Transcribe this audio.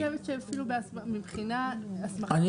אבל אני לא חושבת שאפילו מבחינת הסמכה --- למה לא?